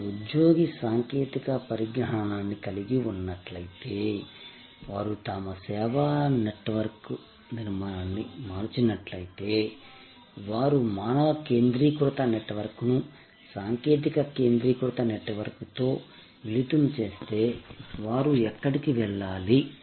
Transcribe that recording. వారు ఉద్యోగి సాంకేతిక పరిజ్ఞానాన్ని కలిగి ఉన్నట్లయితే వారు తమ సేవా నెట్వర్క్ నిర్మాణాన్ని మార్చినట్లయితే వారు మానవ కేంద్రీకృత నెట్వర్క్ను సాంకేతిక కేంద్రీకృత నెట్వర్క్తో మిళితం చేస్తే వారు ఎక్కడికి వెళ్లాలి